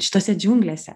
šitose džiunglėse